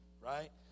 right